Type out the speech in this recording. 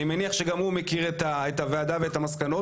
אני מניח שגם הוא מכיר את הוועדה ואת המסקנות